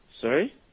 Sorry